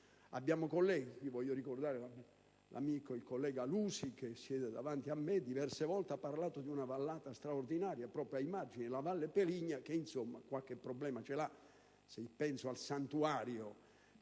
Colleghi (voglio ricordare l'amico e collega Lusi, che siede davanti a me, e che diverse volte ha parlato di una vallata straordinaria proprio ai margini, la Valle Peligna, che qualche problema ce l'ha), se penso che è inagibile